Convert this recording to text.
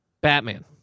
Batman